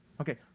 Okay